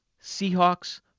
Seahawks